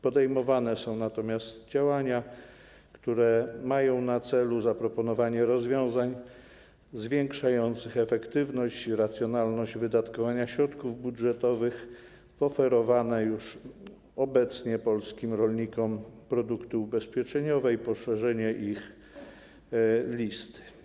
Podejmowane są natomiast działania, które mają na celu zaproponowanie rozwiązań zwiększających efektywność i racjonalność wydatkowania środków budżetowych na oferowane już obecnie polskim rolnikom produkty ubezpieczeniowe i poszerzanie ich listy.